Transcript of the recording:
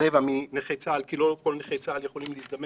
רבע מנכי צה"ל, כי לא כולם יכולים להזדמן